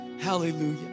hallelujah